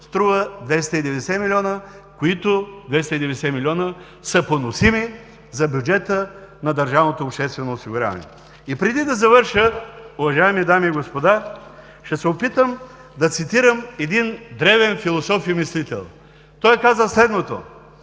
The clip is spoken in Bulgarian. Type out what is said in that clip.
струва 290 млн. лв., които са поносими за бюджета на държавното обществено осигуряване. И преди да завърша, уважаеми дами и господа, ще се опитам да цитирам един древен философ и мислител. Той казва следното: